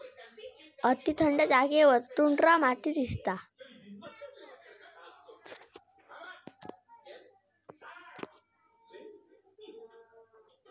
अती थंड जागेवर टुंड्रा माती दिसता